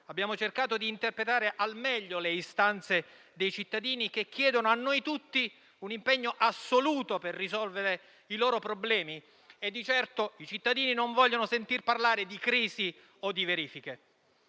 Abbiamo cercato di interpretare al meglio le istanze dei cittadini, che chiedono a noi tutti un impegno assoluto per risolvere i loro problemi. Di certo i cittadini non vogliono sentir parlare di crisi o di verifiche.